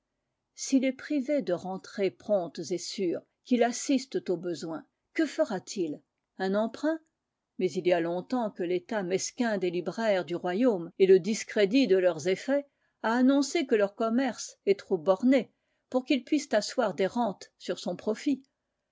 s'il est privé de rentrées promptes et sûres qui l'assistent au besoin que fera-t-il un emprunt mais il y a longtemps que l'état mesquin des libraires du royaume et le discrédit de leurs effets a annoncé que leur commerce est trop borné pour qu'ils puissent asseoir des rentes sur son profit